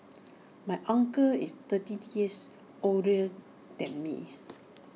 my uncle is thirty years older than me